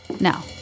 Now